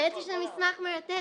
האמת היא שהמסמך מרתק,